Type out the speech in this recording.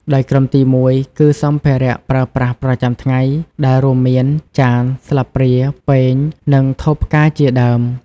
ដោយក្រុមទីមួយគឺ សម្ភារៈប្រើប្រាស់ប្រចាំថ្ងៃ ដែលរួមមាន ចាន ស្លាបព្រា ពែង និងថូផ្កា ជាដើម។